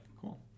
Cool